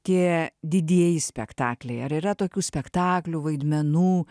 tie didieji spektakliai ar yra tokių spektaklių vaidmenų